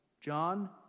John